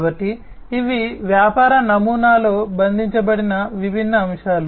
కాబట్టి ఇవి వ్యాపార నమూనాలో బంధించబడిన విభిన్న అంశాలు